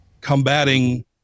combating